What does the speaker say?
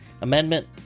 Amendment